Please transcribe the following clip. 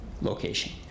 Location